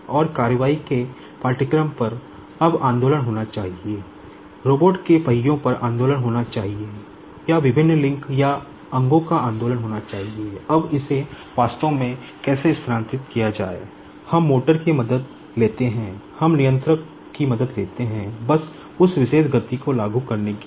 और कार्रवाई के पाठ्यक्रम के आधार पर अब आंदोलन होना चाहिए रोबोट के पहियों का आंदोलन होना चाहिए या विभिन्न लिंक की मदद लेते हैं बस उस विशेष गति को लागू करने के लिए